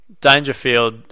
Dangerfield